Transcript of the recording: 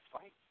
fight